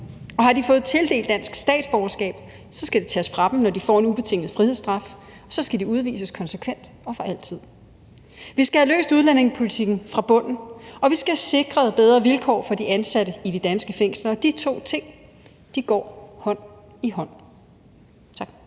Og har de fået tildelt dansk statsborgerskab, skal det tages fra dem, når de får en ubetinget frihedsstraf, og så skal de udvises konsekvent og for altid. Vi skal have løst problemerne med udlændinge fra bunden, og vi skal have sikret bedre vilkår for de ansatte i de danske fængsler, og de to ting går hånd i hånd. Tak.